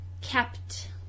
kept